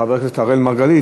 חבר הכנסת אראל מרגלית,